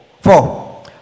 four